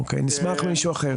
אי אפשר לדעת.